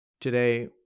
Today